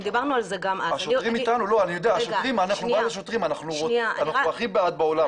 אנחנו הכי בעד השוטרים.